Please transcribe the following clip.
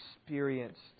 experienced